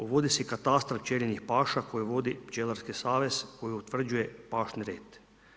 Uvodi se katastar pčelinjih paša koje vodi pčelarski savez koji utvrđuje pašni red.